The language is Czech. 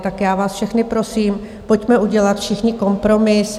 Tak já vás všechny prosím, pojďme udělat všichni kompromis.